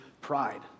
pride